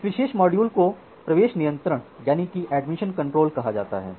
इस विशेष मॉड्यूल को प्रवेश नियंत्रण कहा जाता है